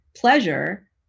pleasure